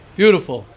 beautiful